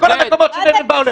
לכל המקומות שמהם הם באו לפה.